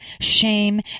shame